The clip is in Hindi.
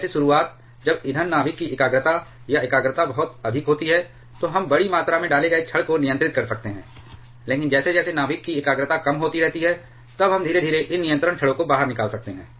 जैसे शुरुआत जब ईंधन नाभिक की एकाग्रता या एकाग्रता बहुत अधिक होती है तो हम बड़ी मात्रा में डाले गए छड़ को नियंत्रित कर सकते हैं लेकिन जैसे जैसे नाभिक की एकाग्रता कम होती रहती है तब हम धीरे धीरे इन नियंत्रण छड़ों को बाहर निकाल सकते हैं